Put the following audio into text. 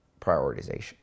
prioritization